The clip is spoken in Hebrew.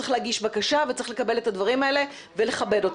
צריך להגיש בקשה וצריך לקבל את הדברים האלה ולכבד אותם.